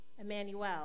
Emmanuel